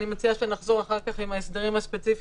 אני מציעה שנחזור אחר כך עם ההסדרים הספציפיים,